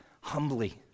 humbly